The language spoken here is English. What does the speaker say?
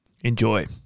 Enjoy